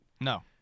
No